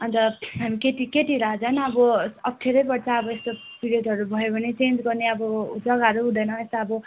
अन्त हामी केटी केटीहरूलाई झन् अब अप्ठ्यारै पर्छ अब यस्तो पिरयडहरू भयो भने चेन्ज गर्ने अब जग्गाहरू हुँदैन यता अब